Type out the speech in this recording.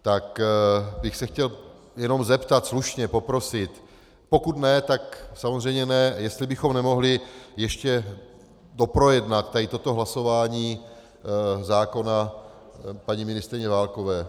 Tak bych se chtěl jenom zeptat, slušně, poprosit, pokud ne, tak samozřejmě ne, jestli bychom nemohli ještě doprojednat tady toto hlasování zákona paní ministryně Válkové.